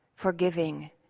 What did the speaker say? forgiving